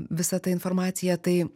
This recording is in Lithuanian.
visa ta informacija tai